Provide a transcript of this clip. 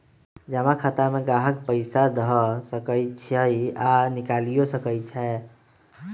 जमा खता में गाहक पइसा ध सकइ छइ आऽ निकालियो सकइ छै